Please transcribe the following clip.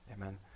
Amen